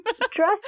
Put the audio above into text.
Dress